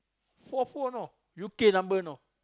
four four know U_K number know